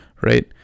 right